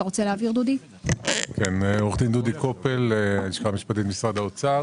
הלשכה המשפטית, משרד האוצר.